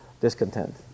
Discontent